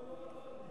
לא, לא, לא, לא.